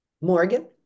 Morgan